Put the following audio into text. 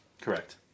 Correct